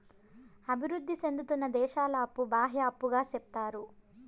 అభివృద్ధి సేందుతున్న దేశాల అప్పు బాహ్య అప్పుగా సెప్తారు